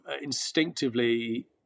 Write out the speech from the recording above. instinctively